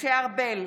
משה ארבל,